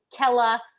Kella